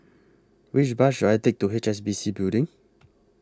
Which Bus should I Take to H S B C Building